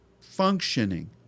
functioning